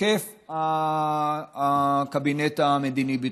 עוקף הקבינט המדיני-ביטחוני.